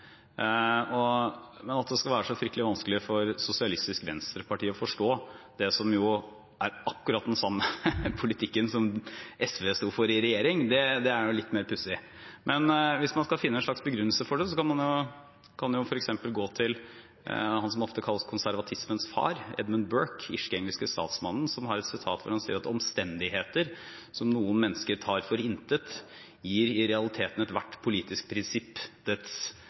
At det skal være så fryktelig vanskelig for Sosialistisk Venstreparti å forstå det som er akkurat den samme politikken som SV sto for i regjering, er litt mer pussig. Hvis man skal finne en slags begrunnelse for det, kan man f.eks. gå til han som ofte kalles konservatismens far, Edmund Burke, den irsk-engelske statsmannen, som sier at omstendigheter som noen mennesker tar for intet, gir i realiteten ethvert politisk prinsipp dets